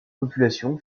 population